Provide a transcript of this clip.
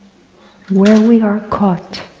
where we are caught,